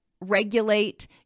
regulate